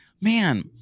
man